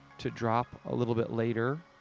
to drop a little bit later.